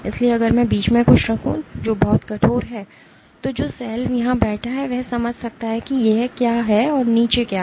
इसलिए अगर मैं बीच में कुछ रखूं जो बहुत कठोर है तो जो सेल यहां बैठा है वह समझ सकता है कि यहां क्या है या नीचे क्या है